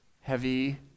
heavy